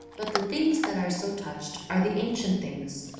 but the things that are so touched are the ancient things,